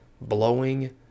blowing